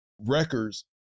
Records